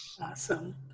Awesome